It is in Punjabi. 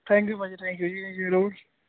ਥੈਂਕਯੂ ਭਾਅ ਜੀ ਥੈਂਕਯੂ ਜੀ